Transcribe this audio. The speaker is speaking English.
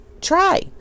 try